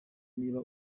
niba